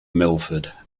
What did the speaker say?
milford